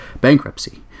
bankruptcy